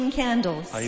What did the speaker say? candles